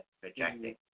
projecting